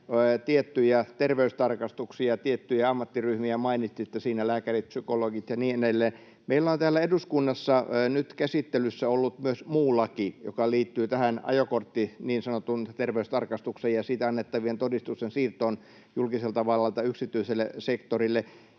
tiettyjä terveystarkastuksia. Tiettyjä ammattiryhmiä mainitsitte siinä: lääkärit, psykologit ja niin edelleen. Meillä on täällä eduskunnassa nyt käsittelyssä ollut myös muu laki, joka liittyy tähän niin sanottuun ajokorttiterveystarkastukseen ja siitä annettavien todistusten siirtoon julkiselta vallalta yksityiselle sektorille.